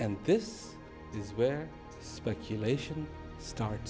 and this is where speculation start